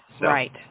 Right